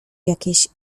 jakieś